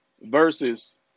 versus